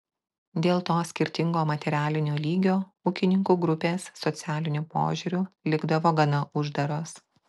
dėl to skirtingo materialinio lygio ūkininkų grupės socialiniu požiūriu likdavo gana uždaros